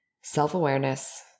self-awareness